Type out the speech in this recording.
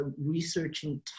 researching